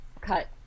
cut